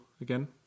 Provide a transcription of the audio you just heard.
again